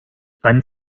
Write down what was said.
fand